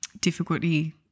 difficulty